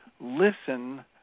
listen